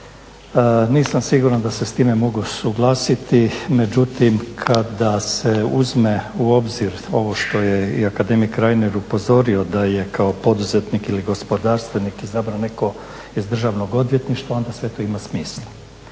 Nisam siguran da se s time mogu suglasiti, međutim kada se uzme u obzir ovo što je i akademik Reiner upozorio da je kao poduzetnik ili gospodarstvenik izabran netko iz Državnog odvjetništva onda sve to ima smisla.